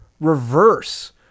reverse